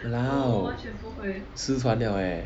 !walao! 失传了 leh